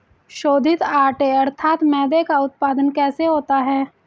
शोधित आटे अर्थात मैदे का उत्पादन कैसे होता है?